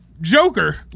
Joker